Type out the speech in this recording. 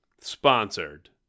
sponsored